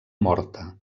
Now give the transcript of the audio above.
morta